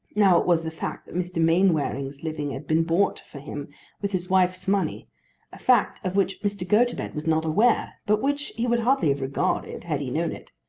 now it was the fact that mr. mainwaring's living had been bought for him with his wife's money a fact of which mr. gotobed was not aware, but which he would hardly have regarded had he known it.